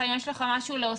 משהו להוסיף,